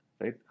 right